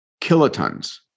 kilotons